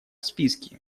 списке